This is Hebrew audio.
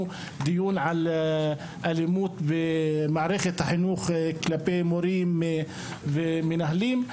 דיון על אלימות במערכת החינוך כלפי מורים ומנהלים.